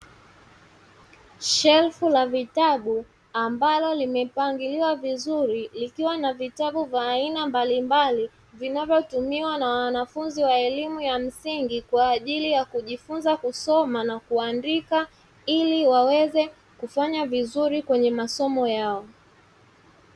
Shelfu la vitabu ambalo limepangiliwa vizuri likiwa na vitabu vya aina mbalimbali vinavyotumiwa na wanafunzi wa elimu ya msingi, kwa ajili ya kujifunza kusoma na kuandika ili waweze kufanya vizuri kwenye masomo yao.